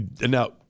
Now